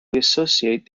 associate